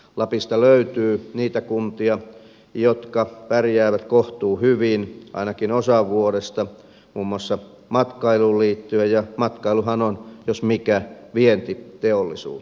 lapista löytyy niitä kuntia jotka pärjäävät kohtuuhyvin ainakin osan vuodesta muun muassa matkailuun liittyen ja matkailuhan on jos mikä vientiteollisuutta